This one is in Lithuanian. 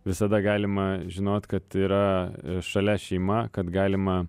visada galima žinot kad yra šalia šeima kad galima